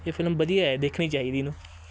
ਇਹ ਫਿਲਮ ਵਧੀਆ ਹੈ ਦੇਖਣੀ ਚਾਹੀਦੀ ਇਹਨੂੰ